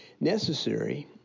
necessary